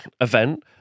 event